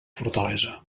fortalesa